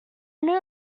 new